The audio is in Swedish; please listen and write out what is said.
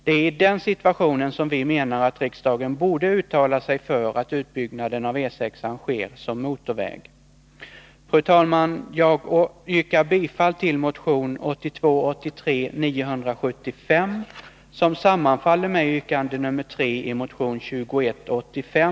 Det är i den situationen vi menar att riksdagen borde uttala sig för att utbyggnaden av E6-an sker som motorväg. Fru talman! Jag yrkar bifall till motion 1982/83:975.